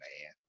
man